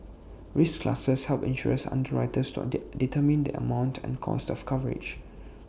risk classes help insurance underwriters to determine the amount and cost of coverage